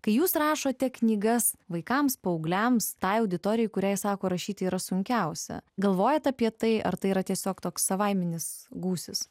kai jūs rašote knygas vaikams paaugliams tai auditorijai kuriai sako rašyti yra sunkiausia galvojate apie tai ar tai yra tiesiog toks savaiminis gūsis